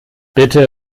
bitte